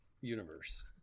universe